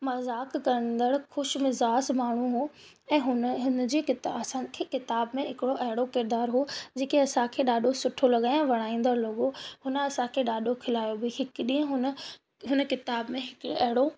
मज़ाक कंदण खुशि मिज़ाज माण्हू हो ऐं हुन हिन जी किता असांखी किताब में हिकिड़ो अहिड़ो किरदारु हो जेके असांखे ॾाढो सुठो लॻा ऐं वणाईंदड़ लॻो हुन असांखे ॾाढो खिलायो बि हिकु ॾींहुं हुन हुन किताब में अहिड़ो